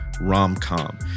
rom-com